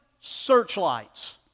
searchlights